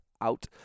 out